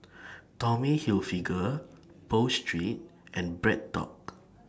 Tommy Hilfiger Pho Street and BreadTalk